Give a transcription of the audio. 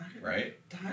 right